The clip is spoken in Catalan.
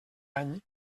any